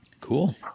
cool